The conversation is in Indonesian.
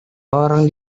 orang